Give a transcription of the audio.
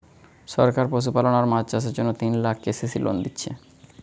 সরকার পশুপালন আর মাছ চাষের জন্যে তিন লাখ কে.সি.সি লোন দিচ্ছে